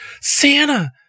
Santa